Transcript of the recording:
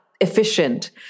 efficient